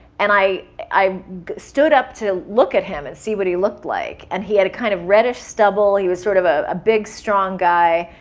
and i i stood up to look at him and see what he looked like. and he had a kind of reddish stubble. he was sort of ah a big, strong guy.